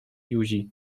józi